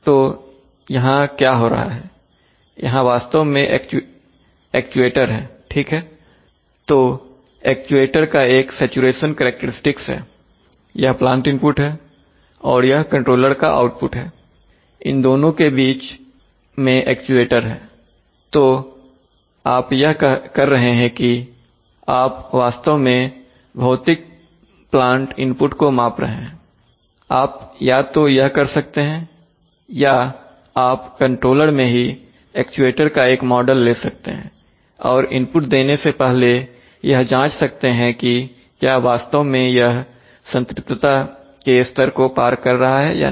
तो यहां क्या हो रहा है यहां वास्तव में यह एक्चुएटर है ठीक है तो एक्चुएटर का एक सैचुरेशन करैक्टेरिस्टिक्स हैयह प्लांट इनपुट है और यह कंट्रोलर का आउटपुट है इन दोनों के बीच में एक्चुएटर हैतो आप यह कर रहे हैं कि आप वास्तव में भौतिक प्लांट इनपुट को माप रहे हैं आप या तो यह कर सकते हैं या आप कंट्रोलर में ही एक्चुएटर का एक मॉडल ले सकते हैं और इनपुट देने से पहले यह जांच सकते है कि क्या वास्तव में यह संतृप्तता के स्तर को पार कर रहा है या नहीं